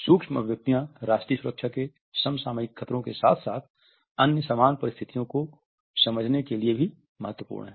सूक्ष्म अभिव्यक्तियाँ राष्ट्रीय सुरक्षा के समसामयिक खतरों साथ साथ अन्य समान परिस्थितियों को समझने के लिए भी महत्वपूर्ण हैं